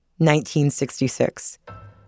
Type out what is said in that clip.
1966